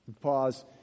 Pause